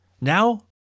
Now